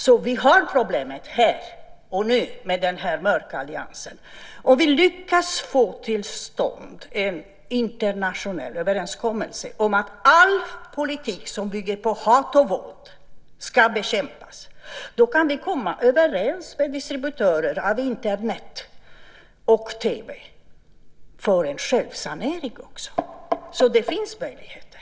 Vi har alltså problemet här och nu med den här mörkeralliansen. Om vi lyckas få till stånd en internationell överenskommelse om att all politik som bygger på hat och våld ska bekämpas kan vi också komma överens med distributörer av Internet och TV om en självsanering. Det finns möjligheter.